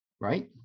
right